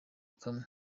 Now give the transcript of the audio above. kamwe